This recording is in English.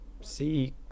see